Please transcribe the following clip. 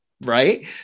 right